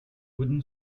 wooden